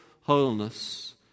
wholeness